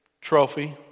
trophy